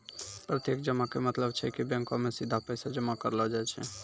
प्रत्यक्ष जमा के मतलब छै कि बैंको मे सीधा पैसा जमा करलो जाय छै